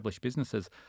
businesses